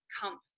comfort